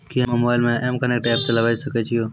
कि हम्मे मोबाइल मे एम कनेक्ट एप्प चलाबय सकै छियै?